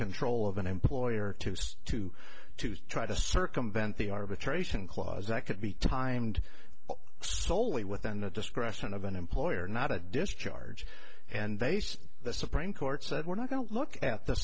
control of an employer to to to try to circumvent the arbitration clause that could be timed wholly within the discretion of an employer not a discharge and they say the supreme court said we're not going to look at the